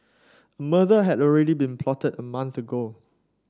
a murder had already been plotted a month ago